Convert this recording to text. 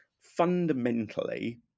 fundamentally